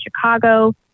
Chicago